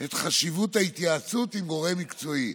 את חשיבות ההתייעצות עם גורם מקצועי.